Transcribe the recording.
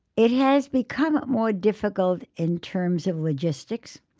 it has become more difficult in terms of logistics,